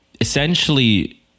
essentially